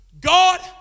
God